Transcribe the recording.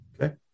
Okay